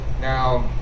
Now